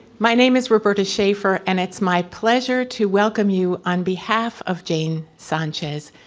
my name is roberta shaffer and it's my pleasure to welcome you on behalf of jane sanchez,